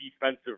defensive